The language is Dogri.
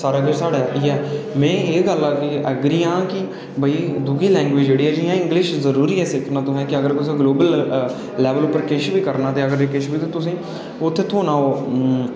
सारा किश साढ़ा इ'यै ऐ में इस गल्ला एग्री आं के भाई दूइयां लैंग्वेज जि'यां इंगलिश जरूरी ऐ सिक्खना के ग्लोबल लेबल उप्पर किश बी करना ते तुसें उत्थै थोह्ना ओह्